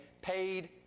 paid